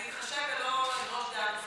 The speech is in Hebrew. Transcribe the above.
אני אתחשב ולא אבקש דעה נוספת.